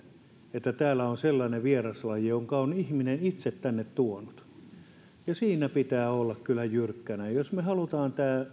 että täällä on sellainen vieraslaji jonka on ihminen itse tänne tuonut ja siinä pitää olla kyllä jyrkkänä jos me haluamme